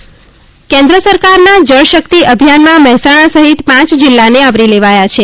જળસંરક્ષણ મહેસાણા કેન્દ્ર સરકારના જળશક્તિ અભિયાનમાં મહેસાણા સહિત પાંચ જિલ્લાને આવરી લેવાયા છે